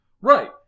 Right